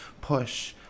push